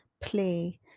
play